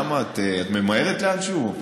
את ממהרת לאנשהו?